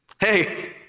Hey